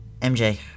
MJ